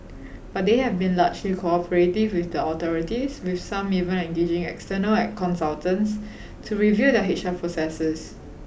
but they have been largely cooperative with the authorities with some even engaging external consultants to review their H R processes